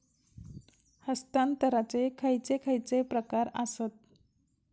हस्तांतराचे खयचे खयचे प्रकार आसत?